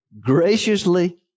graciously